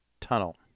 tunnel